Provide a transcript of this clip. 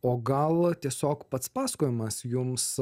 o gal tiesiog pats pasakojimas jums